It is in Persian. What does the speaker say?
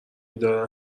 بیدار